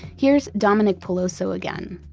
here's dominick peloso again.